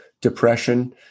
depression